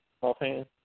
offhand